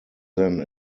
then